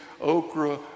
okra